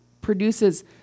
produces